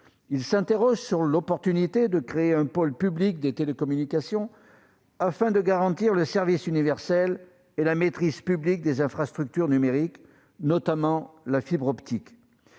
Ils s'interrogent sur l'opportunité de créer un pôle public des télécommunications afin de garantir le service universel et la maîtrise publique des infrastructures numériques, notamment de la fibre optique.